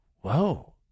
whoa